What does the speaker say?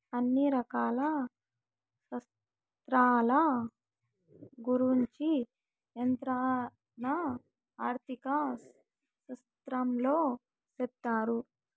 అన్ని రకాల శాస్త్రాల గురుంచి నియంత్రణ ఆర్థిక శాస్త్రంలో సెప్తారు